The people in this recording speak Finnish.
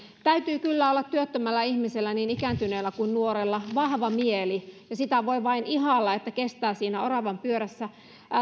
täytyy kyllä olla työttömällä ihmisellä niin ikääntyneellä kuin nuorella vahva mieli ja sitä voi vain ihailla että kestää siinä oravanpyörässä